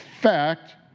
fact